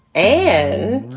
an